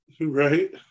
right